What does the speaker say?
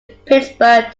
pittsburgh